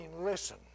listen